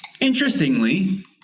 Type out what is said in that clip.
interestingly